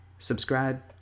Subscribe